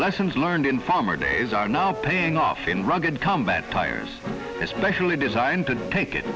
lessons learned in farmer days are now paying off in rugged combat tires especially designed to take it